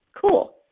Cool